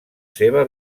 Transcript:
seva